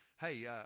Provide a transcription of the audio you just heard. hey